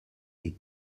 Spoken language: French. est